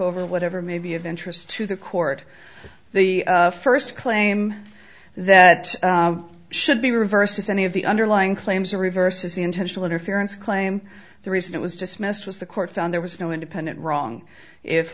over whatever may be of interest to the court the first claim that should be reversed if any of the underlying claims are reverses the intentional interference claim the reason it was dismissed was the court found there was no independent wrong if